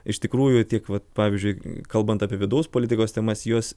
iš tikrųjų tiek vat pavyzdžiui kalbant apie vidaus politikos temas jos